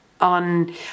on